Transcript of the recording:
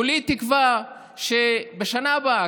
כולי תקווה שבשנה הבאה,